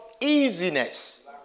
easiness